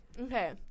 Okay